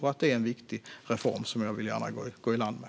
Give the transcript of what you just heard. Detta är en viktig reform som jag gärna vill gå i land med.